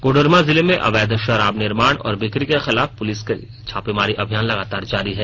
कोडरमा जिले में अवैध शराब निर्माण और बिक्री के खिलाफ पुलिस का छापेमारी अभियान लगातार जारी है